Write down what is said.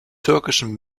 türkischen